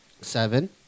Seven